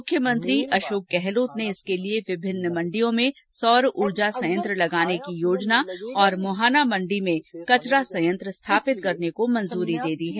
मुख्यमंत्री अशोक गहलोत ने इसके लिए विभिन्न मण्डियों में सौर ऊर्जा संयंत्र लगाने की योजना और मुहाना मंडी में कचरा संयंत्र स्थापित करने को स्वीकृति दे दी है